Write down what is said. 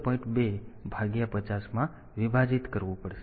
2 ભાગ્યા 50 માં વિભાજિત કરવું પડશે